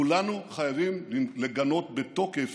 כולנו חייבים לגנות בתוקף